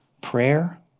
Prayer